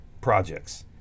projects